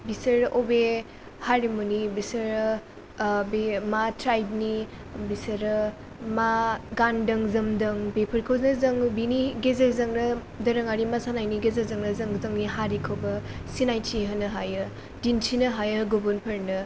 बिसोर बबे हारिमुनि बिसोरो ओ बे मा ट्राइबनि बिसोरो मा गानदों जोमदों बेफोरखौ जे जों बेनि गेजेरजोंनो दोरोङारि मोसानायनि गेजेरजोंनो जों जोंनि हारिखौबो सिनायथि होनो हायो दिन्थिनो हायो गुबुनफोरनो